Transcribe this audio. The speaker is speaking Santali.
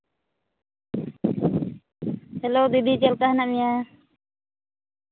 ᱦᱮᱞᱳ ᱫᱤᱫᱤ ᱪᱮᱫᱞᱮᱠᱟ ᱦᱮᱱᱟᱜ ᱢᱮᱭᱟ